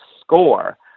score